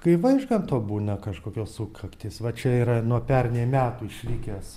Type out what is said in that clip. kai vaižganto būna kažkokios sukaktys va čia yra nuo pernai metų išlikęs